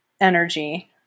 energy